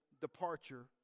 departure